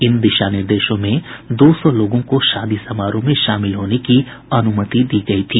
इन दिशा निर्देशों में दो सौ लोगों को शादी समारोह में शामिल होने की अनुमति दी गई थी